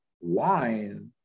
wine